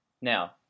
Now